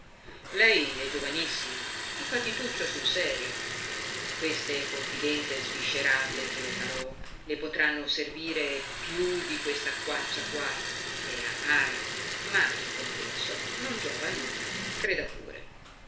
lei è giovanissimo e patituccio sul serio queste confidenze sviscerate che le farò le potranno servire più di quest'acquaccia qua che è amara ma in compenso non giova a nulla creda pure